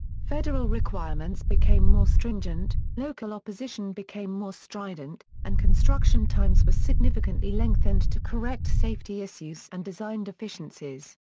federal requirements became more stringent, local opposition became more strident, and construction times were significantly lengthened to correct safety issues and design deficiencies.